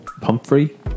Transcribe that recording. Pumphrey